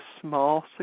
small